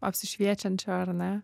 apsišviečiančių ar ne